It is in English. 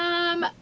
um.